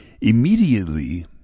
immediately